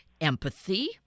empathy